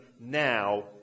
now